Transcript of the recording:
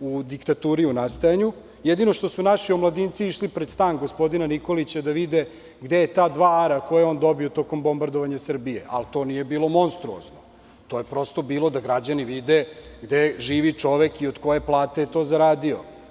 u diktaturi u nastajanju, jedino što su naši omladinci išli pred stan gospodina Nikolića da vide gde je ta dva ara koja je on dobio tokom bombardovanja Srbije, ali to nije bilo monstruozno, to je prosto bilo da građani vide gde živi čovek i od koje plate je to zaradio.